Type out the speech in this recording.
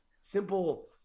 simple